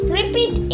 repeat